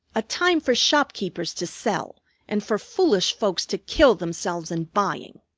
a time for shopkeepers to sell and for foolish folks to kill themselves in buying.